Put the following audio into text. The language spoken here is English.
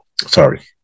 sorry